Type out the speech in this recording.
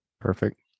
Perfect